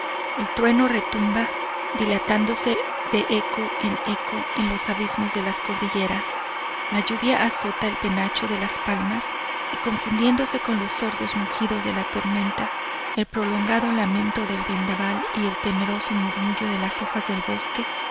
el trueno retumba dilatándose de eco en eco en los abismos de las cordilleras la lluvia azota el penacho de las palmas y confundiéndose con los sordos mugidos de la tormenta el prolongado lamento del vendaval y el temeroso murmullo de las hojas del bosque